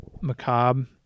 macabre